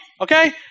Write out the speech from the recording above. Okay